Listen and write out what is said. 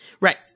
Right